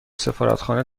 سفارتخانه